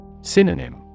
Synonym